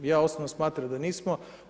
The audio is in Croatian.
Ja osobno smatram da nismo.